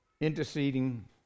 interceding